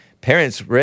Parents